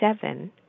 seven